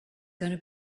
gonna